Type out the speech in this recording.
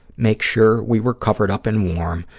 make sure we were covered up and warm,